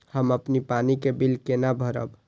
हम अपन पानी के बिल केना भरब?